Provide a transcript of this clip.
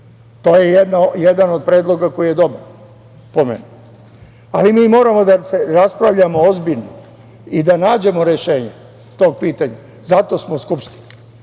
To je jedan od predloga koji je dobar, po meni. Mi moramo ozbiljno da se raspravljamo ozbiljno i da nađemo rešenje tog pitanja, zato smo u Skupštini.